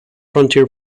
frontier